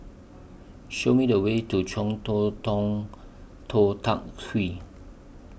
Show Me The Way to Chong Tong Tou Teck Hwee